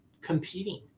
competing